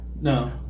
No